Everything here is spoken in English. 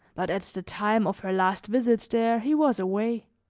but at the time of her last visit there he was away.